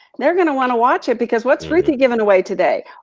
they're gonna wanna watch it, because what's ruthie giving away today?